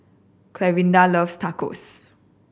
Clarinda loves Tacos